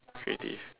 it is